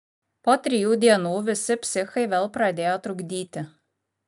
po trijų dienų visi psichai vėl pradėjo trukdyti